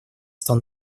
стал